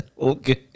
Okay